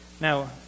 Now